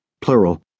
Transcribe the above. Plural